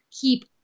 keep